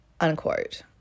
Unquote